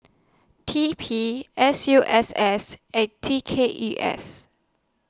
T P S U S S and T K E S